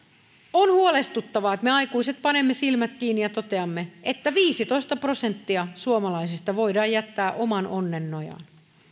on huolestuttavaa että me aikuiset panemme silmät kiinni ja toteamme että viisitoista prosenttia suomalaisista voidaan jättää oman onnensa nojaan